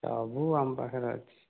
ସବୁ ଆମ ପାଖରେ ଅଛି